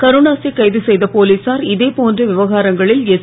கருணாஸை கைது செய்த போலீசார் இதே போன்ற விவகாரங்களில் எஸ்